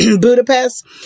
Budapest